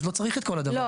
אז לא צריך את כל הדבר הזה.